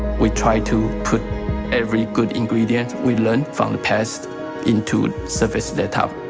we tried to put every good ingredient we learned from the past into surface laptop.